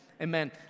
Amen